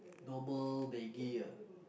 normal maggi ah